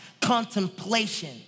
contemplation